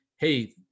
Hey